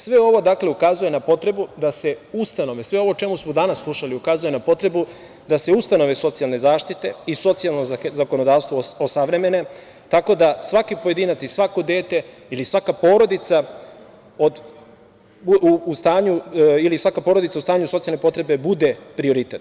Svo ovo, dakle, ukazuje na potrebu da se ustanove, sve ovo o čemu smo danas slušali ukazuje na potrebu da se ustanove socijalne zaštite i socijalno zakonodavstvo osavremene, tako da svaki pojedinac i svako dete ili svaka porodica, u stanju socijalne potrebe bude prioritet.